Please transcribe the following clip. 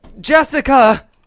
Jessica